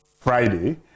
friday